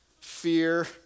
fear